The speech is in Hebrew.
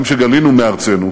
גם כשגלינו מארצנו,